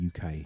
UK